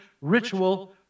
ritual